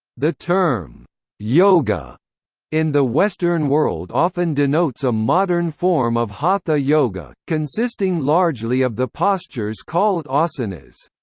the term yoga in the western world often denotes a modern form of hatha yoga, consisting largely of the postures called asanas.